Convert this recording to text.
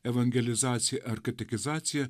evangelizaciją ar katekizaciją